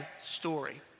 story